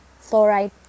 fluoride